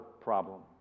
problem